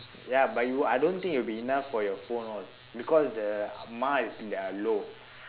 ya but you I don't think it will be enough for your phone all because the MA is that are low